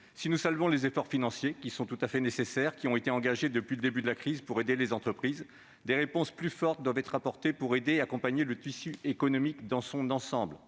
Si nous saluons les efforts financiers tout à fait nécessaires engagés depuis le début de la crise pour aider les entreprises, des réponses plus fortes doivent être apportées pour accompagner le tissu économique dans son ensemble.